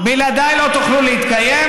בלעדיי לא תוכלו להתקיים,